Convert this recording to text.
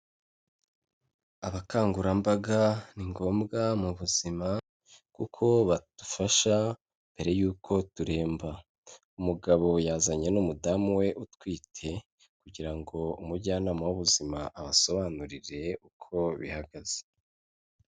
Abakangurambaga ni ngombwa mu buzima kuko badufasha mbere y'uko turemba. Umugabo yazanye n'umudamu we utwite kugira ngo umujyanama w'ubuzima abasobanurire uko bihagaze.